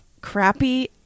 crappy